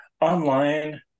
online